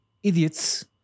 idiots